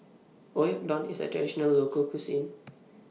Oyakodon IS A Traditional Local Cuisine